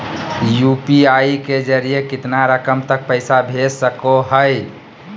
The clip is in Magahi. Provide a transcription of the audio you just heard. यू.पी.आई के जरिए कितना रकम तक पैसा भेज सको है?